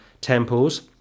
temples